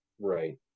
Right